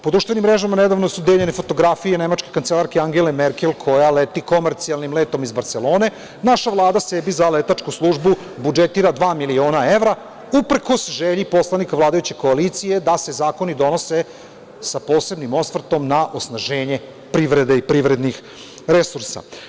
Po društvenim mrežama redovno su deljenje fotografije nemačke kancelarke Angele Merkel koja leti komercijalnim letom iz Barselone, naša Vlada sebi za letačku službu budžetira dva miliona evra, uprkos želji poslanika vladajuće koalicije da se zakoni donose sa posebnim osvrtom na osnaženje privrede i privrednih resursa.